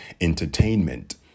entertainment